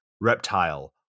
reptile